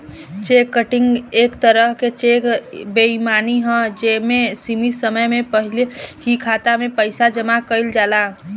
check cutting एक तरह के चेक बेईमानी ह जे में सीमित समय के पहिल ही खाता में पइसा जामा कइल जाला